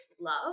love